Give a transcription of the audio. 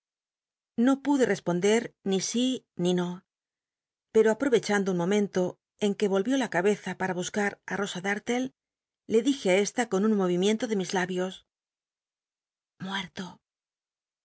no pude rcspondcr ni si ni pero a l'ovechando un momento en c nc vol vió la cabeza p ua buscar á llosa darllc le dije á esta con un movimiento de mis labios